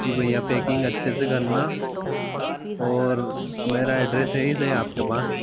जी भैया पैकिंग अच्छे से करना और मेरा एड्रैस सही से है आपके पास